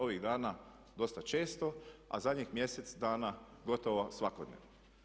Ovih dana dosta često a zadnjih mjesec dana gotovo svakodnevno.